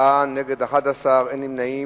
בעד, 4, נגד, 11, אין נמנעים.